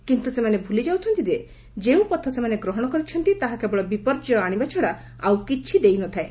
କିନ୍ତୁ ସେମାନେ ଭୁଲି ଯାଉଛନ୍ତି ଯେ ଯେଉଁ ପଥ ସେମାନେ ଗ୍ରହଣ କରିଛନ୍ତି ତାହା କେବଳ ବିପର୍ଯ୍ୟୟ ଆଣିବା ଛଡା ଆଉ କିଛି ଦେଉ ନ ଥାଏ